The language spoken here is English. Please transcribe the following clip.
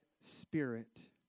spirit